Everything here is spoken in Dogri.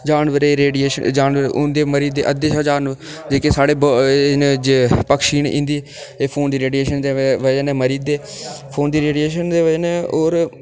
जानवरै रेडिऐशन जानवर अद्धे मरी जंदे अद्धे शा जानवर जेह्के साढ़े पैंछी न एह् फोन दी रेडिऐशन दी बजह कन्नै मरीं दे फोन दी रेडिऐशन दी बजह कन्नै होर